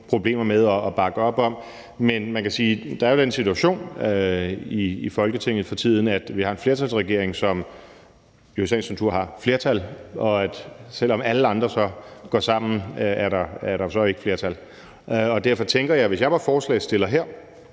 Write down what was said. problemer med at bakke op om. Men man kan sige, at der jo er den situation i Folketinget for tiden, at vi har en flertalsregering, som jo i sagens natur har flertal, og at selv om alle andre så går sammen, er der jo ikke flertal. Derfor tænker jeg, at hvis jeg var forslagsstiller her,